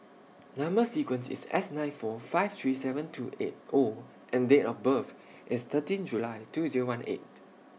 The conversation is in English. Number sequence IS S nine four five three seven two eight O and Date of birth IS thirteen July two Zero one eight